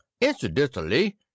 Incidentally